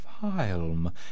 film